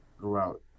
throughout